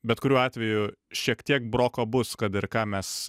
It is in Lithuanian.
bet kuriuo atveju šiek tiek broko bus kad ir ką mes